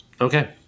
Okay